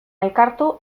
elkartu